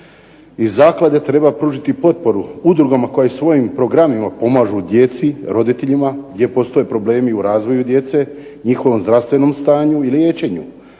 Iz zaklade treba pružiti potporu udrugama koje svojim programima pomažu djeci, roditeljima gdje postoje problemi u razvoju djece, njihovom zdravstvenom stanju i liječenju.